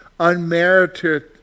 unmerited